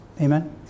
Amen